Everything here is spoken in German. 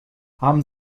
haben